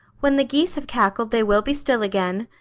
when the geese have cackled they will be still again.